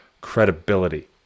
credibility